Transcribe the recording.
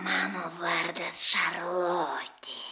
mano vardas šarlotė